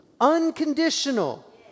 unconditional